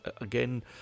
again